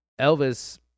Elvis